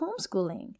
homeschooling